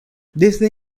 desde